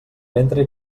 ventre